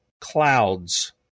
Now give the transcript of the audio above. clouds